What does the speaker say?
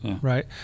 right